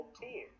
team